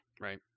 right